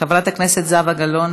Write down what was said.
חברת הכנסת זהבה גלאון,